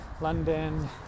London